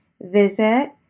visit